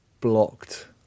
blocked